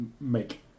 make